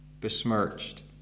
besmirched